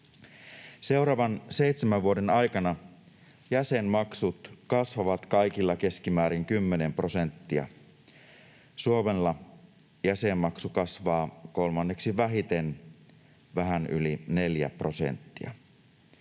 Seuraavan seitsemän vuoden aikana jäsenmaksut kasvavat kaikilla keskimäärin 10 prosenttia. Suomella jäsenmaksu kasvaa kolmanneksi vähiten, vähän yli 4 prosenttia.